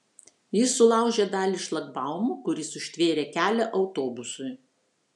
jis sulaužė dalį šlagbaumo kuris užtvėrė kelią autobusui